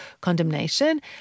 condemnation